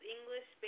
English